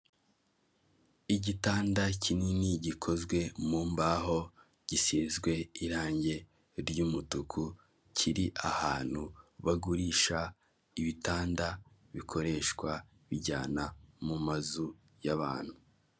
Igitanda kinini gikozwe mu mbaho gisizwe irangi ry'umutuku kiri ahantu bagurisha ibitanda bikoreshwa bijyana mu mazu yabantu.